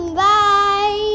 bye